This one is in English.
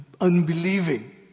unbelieving